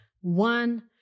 One